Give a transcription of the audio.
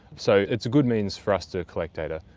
so it's a good means for us to collect data,